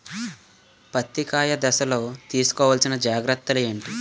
పత్తి కాయ దశ లొ తీసుకోవల్సిన జాగ్రత్తలు ఏంటి?